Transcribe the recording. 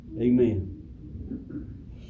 Amen